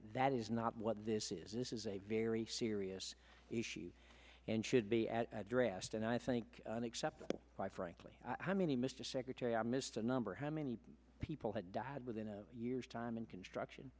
that is not what this is this is a very serious issue and should be at dressed and i think except quite frankly how many mr secretary i missed the number how many people had died within a year's time in construction